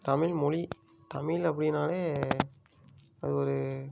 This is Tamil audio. தமிழ் மொழி தமிழ் அப்படின்னாலே அது ஒரு